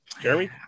Jeremy